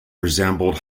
resembled